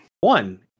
One